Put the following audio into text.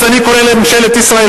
אז אני קורא לממשלת ישראל,